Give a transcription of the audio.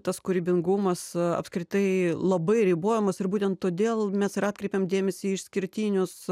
tas kūrybingumas apskritai labai ribojamas ir būtent todėl mes atkreipėme dėmesį į išskirtinius